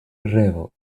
revo